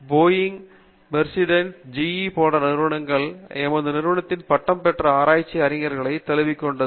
Boeing Mercedes Benz GE போன்ற நிறுவங்கள் எமது நிறுவனத்தில் பட்டம் பெற்ற ஆராய்ச்சி அறிஞர்களைத் தழுவிக்கொண்டது